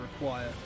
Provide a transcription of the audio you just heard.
require